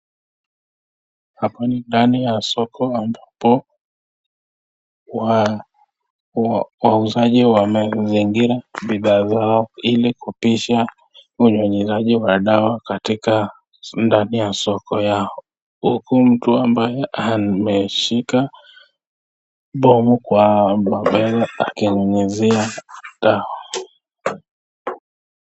Hapa ni ndani ya soko ambapo wauzaji wamezingira bidhaa zao ili kupisha unyunyizaji wa dawa katika ndani ya soko yao huku mtu ambaye ameshika boho kwa mabeg akinyunyizia dawa.